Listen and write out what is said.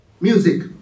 Music